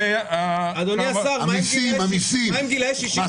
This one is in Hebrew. אדוני השר, מה גילאי 67 ומעלה?